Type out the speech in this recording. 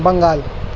Bengal